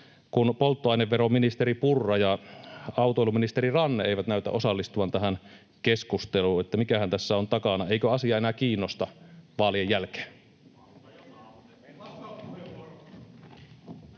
kun polttoaineveroministeri Purra ja autoiluministeri Ranne eivät näytä osallistuvan tähän keskusteluun, että mikähän tässä on takana. Eikö asia enää kiinnosta vaalien jälkeen?